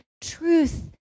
truth